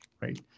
right